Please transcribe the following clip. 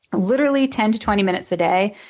literally ten to twenty minutes a day.